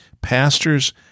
Pastors